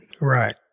right